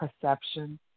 perception